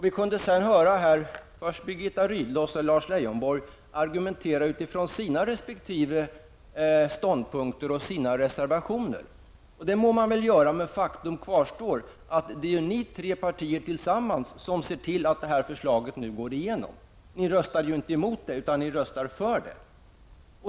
Vi har hört först Birgitta Rydle och sedan Lars Leijonborg argumentera utifrån sina resp. ståndpunkter och reservationer. Det må man väl göra. Men faktum kvarstår att det är ni tre partier tillsammans som ser till att förslaget nu går igenom. Ni röstar inte emot det utan för det.